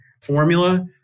formula